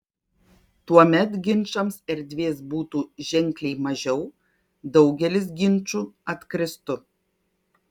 tuomet ginčams erdvės būtų ženkliai mažiau daugelis ginčų atkristų